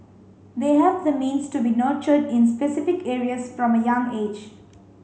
they have the means to be nurtured in specific areas from a young age